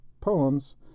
poems